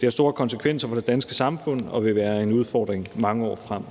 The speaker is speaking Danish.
Det har store konsekvenser for det danske samfund og vil være en udfordring mange år frem.